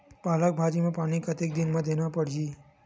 पालक भाजी म पानी कतेक दिन म देला पढ़ही?